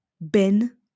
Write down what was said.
Ben